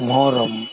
Muharram